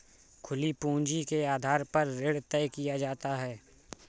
खुली पूंजी के आधार पर ऋण तय किया जाता है